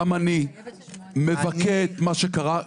גם אני מבכה את מה שקרה.